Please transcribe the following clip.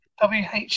WH